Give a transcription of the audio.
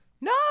No